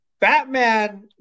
Batman